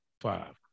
five